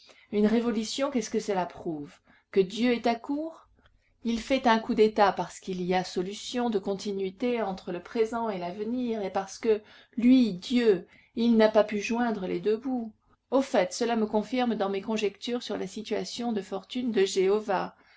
une révolution qu'est-ce que cela prouve que dieu est à court il fait un coup d'état parce qu'il y a solution de continuité entre le présent et l'avenir et parce que lui dieu il n'a pas pu joindre les deux bouts au fait cela me confirme dans mes conjectures sur la situation de fortune de jéhovah